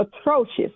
atrocious